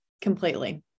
completely